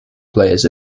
players